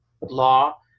law